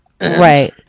right